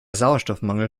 sauerstoffmangel